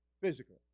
physically